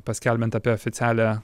paskelbiant apie oficialią